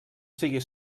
sigui